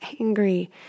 angry